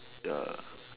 ya